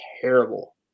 terrible